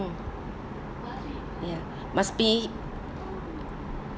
ya must be